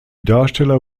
darsteller